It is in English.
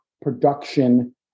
production